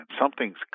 Something's